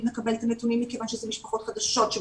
מקבלת את הנתונים מכיוון שאלה משפחות חדשות שמצטרפות,